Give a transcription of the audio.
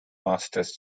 masters